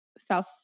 South